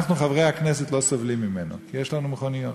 אנחנו חברי הכנסת לא סובלים ממנו כי יש לנו מכוניות,